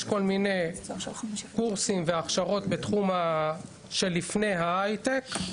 יש כל מיני קורסים והכשרות בתחום שלפני ההייטק.